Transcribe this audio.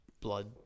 blood